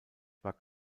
war